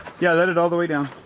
yeah let it all the way down,